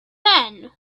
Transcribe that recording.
men